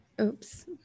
oops